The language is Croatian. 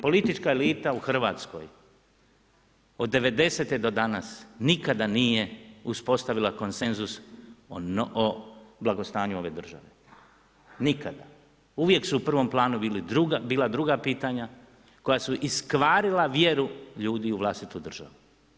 Politička elita u Hrvatskoj od '90. do danas nikada nije uspostavila koncensus o blagostanju ove države, nikada, uvijek su u prvom planu bila druga pitanja koja su iskvarila vjeru ljudi u vlastitu državu.